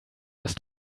ist